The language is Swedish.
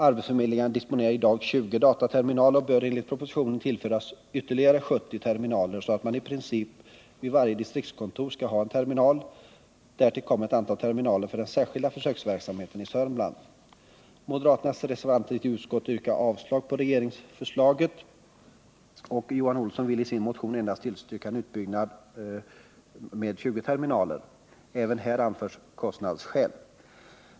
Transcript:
Arbetsförmedlingen disponerar i dag 20 dataterminaler och bör enligt propositionen tillföras ytterligare 70 terminaler, så att i princip varje distriktskontor skall ha en terminal. Därtill kommer ett antal terminaler för den särskilda försöksverksamheten i Södermanland. Moderaternas reservanter i utskottet yrkar avslag på regeringsförslaget, och Johan Olsson vill i sin motion endast tillstyrka en utbyggnad med 20 terminaler. Även här anförs kostnadsskäl.